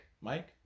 Mike